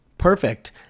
Perfect